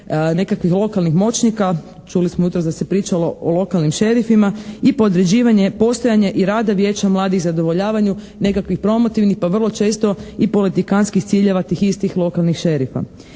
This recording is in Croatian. nekakvih lokalnih moćnika. Čuli smo jutros da se pričalo o lokalnim šerifima i podređivanje, postojanje i rada Vijeća mladih zadovoljavanju nekakvih promotivnih pa vrlo često i politikantskih ciljeva tih istih lokalnih šerifa.